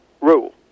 rule